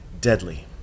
deadly